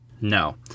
No